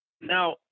Now